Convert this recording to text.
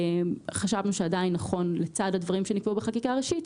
חשבנו שעדיין נכון לצד הדברים שנקבעו בחקיקה ראשית,